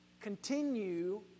continue